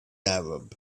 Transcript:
arab